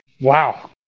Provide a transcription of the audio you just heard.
Wow